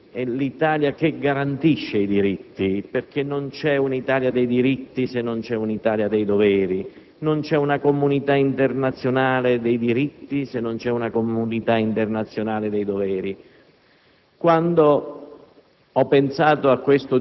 che non si antepone all'Italia dei diritti; anzi, è l'Italia che garantisce i diritti, perché non c'è un'Italia dei diritti se non c'è un'Italia dei doveri, non c'è una comunità internazionale dei diritti se non c'è una comunità internazionale dei doveri.